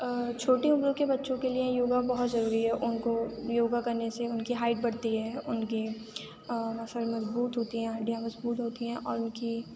چھوٹی عمر کے بچوں کے لیے یوگا بہت ضروری ہے ان کو یوگا کرنے سے ان کی ہائٹ بڑھتی ہے ان کی مسل مضبوط ہوتی ہیں ہڈیاں مضبوط ہوتی ہیں اور ان کی